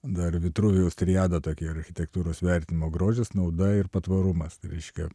dar vitruvijaus triada tokia architektūros vertinimo grožis nauda ir patvarumas tai reiškia